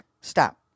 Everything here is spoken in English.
stop